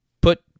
put